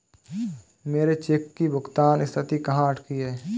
मेरे चेक की भुगतान स्थिति कहाँ अटकी है?